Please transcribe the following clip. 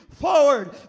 Forward